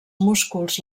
músculs